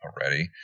already